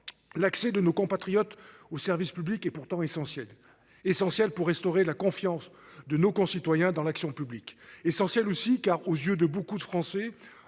L'accès de nos compatriotes au service public et pourtant essentielle essentielle pour restaurer la confiance de nos concitoyens dans l'action publique essentiel aussi car aux yeux de beaucoup de Français,